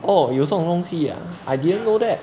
oh 有这种东西啊 I did't know that